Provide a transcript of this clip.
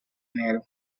enero